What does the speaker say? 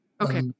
okay